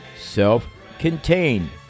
self-contained